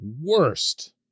worst